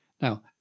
now